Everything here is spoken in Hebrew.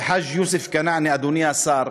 וחאג' יוסף כנעני, אדוני השר,